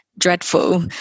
dreadful